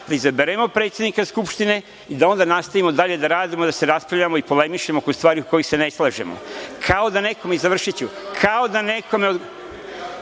da izaberemo predsednika Skupštine i da onda nastavimo dalje da radimo, da se raspravljamo i polemišemo oko stvari oko kojih se ne slažemo, završiću, kao da nekome